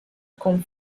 con